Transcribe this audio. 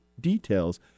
details